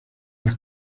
las